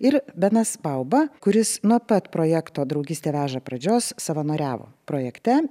ir benas bauba kuris nuo pat projekto draugystė veža pradžios savanoriavo projekte